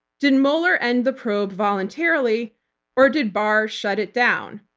did mueller end the probe voluntarily or did barr shut it down?